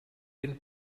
den